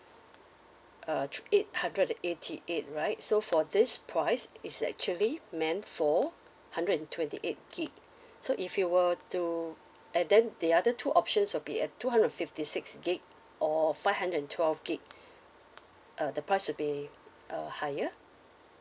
uh eight hundred eighty eight right so for this price is actually meant for hundred and twenty eight gig so if you were to and then the other two options will be at two hundred fifty six gig or five hundred and twelve gig uh the price should be uh higher